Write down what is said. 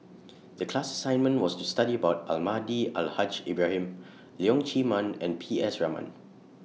The class assignment was to study about Almahdi Al Haj Ibrahim Leong Chee Mun and P S Raman